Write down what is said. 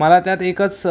मला त्यात एकच